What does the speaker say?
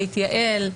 להתייעל.